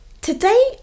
Today